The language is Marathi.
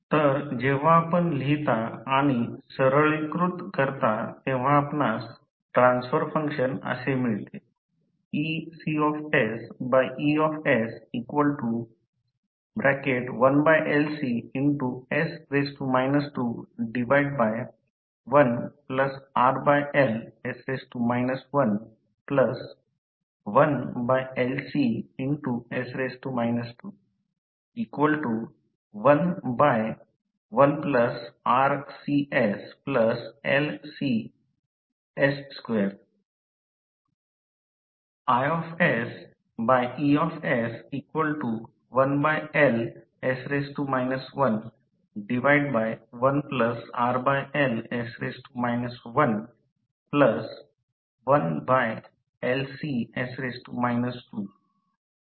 तर जेव्हा आपण लिहिता आणि सरलीकृत करता तेव्हा आपणास ट्रान्सफर फंक्शन असे मिळते EcEs 21RLs 11LCs 211RCsLCs2 IEs 11RLs 11LCs 2Cs1RCsLCs2 Refer Slide Time 19